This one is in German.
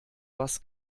was